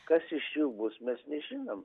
kas iš jų bus mes nežinom